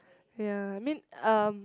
ya I mean um